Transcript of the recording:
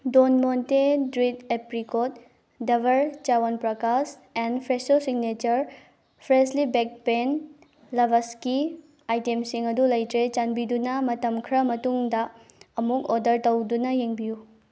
Don Monte dried apricot Dabur Chyawanprash and Fresho Signature freshly bake pan ꯂꯕꯁꯀꯤ ꯑꯥꯏꯇꯦꯝꯁꯤꯡ ꯑꯗꯨ ꯂꯩꯇ꯭ꯔꯦ ꯆꯥꯟꯕꯤꯗꯨꯅ ꯃꯇꯝ ꯈꯔ ꯃꯇꯨꯡꯗ ꯑꯃꯨꯛ ꯑꯣꯔꯗꯔ ꯇꯧꯗꯨꯅ ꯌꯦꯡꯕꯤꯌꯨ